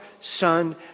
Son